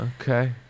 okay